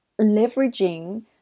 leveraging